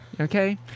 okay